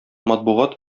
матбугат